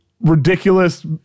ridiculous